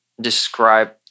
describe